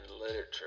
literature